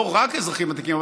לא רק אזרחים ותיקים,